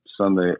Sunday